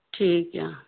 ਠੀਕ ਆ